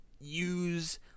use